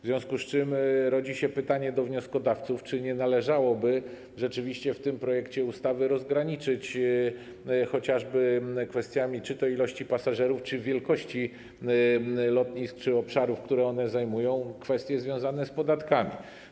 W związku z tym rodzi się pytanie do wnioskodawców, czy nie należałoby rzeczywiście w tym projekcie ustawy rozgraniczyć chociażby z powodu ilości pasażerów, wielkości lotnisk czy obszarów, które one zajmują, kwestie związane z podatkami?